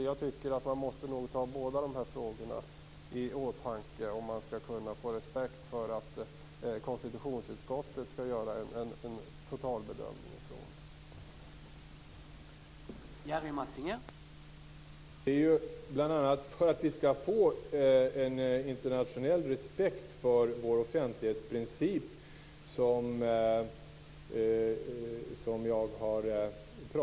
Jag tycker att man måste ha båda de frågorna i åtanke om man skall få respekt för att konstitutionsutskottet skall göra en totalbedömning i frågan.